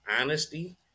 honesty